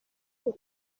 quoi